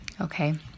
Okay